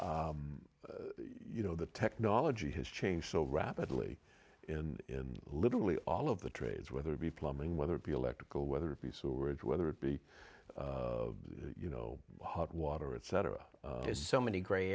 so you know the technology has changed so rapidly in literally all of the trades whether it be plumbing whether it be electrical whether it be so rich whether it be you know hot water etc there's so many gr